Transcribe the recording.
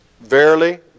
Verily